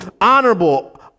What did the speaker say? honorable